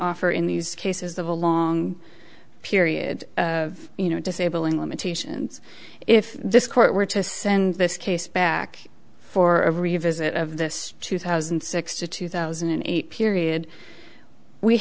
offer in these cases of a long period of you know disabling limitations if this court were to send this case back for a revisit of this two thousand and six to two thousand and eight period we